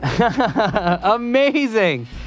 amazing